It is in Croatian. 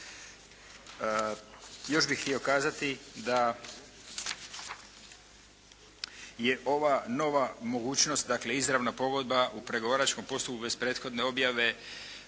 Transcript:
Još bih htio kazati da je ova nova mogućnost, dakle, izravna pogodba u pregovaračkom postupku bez prethodne objave